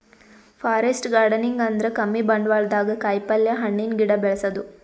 forest gardening ಅಂದ್ರ ಕಮ್ಮಿ ಬಂಡ್ವಾಳ್ದಾಗ್ ಕಾಯಿಪಲ್ಯ, ಹಣ್ಣಿನ್ ಗಿಡ ಬೆಳಸದು